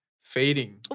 fading